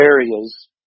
areas